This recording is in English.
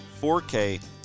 4K